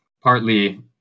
partly